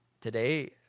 Today